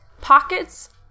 pockets